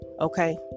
Okay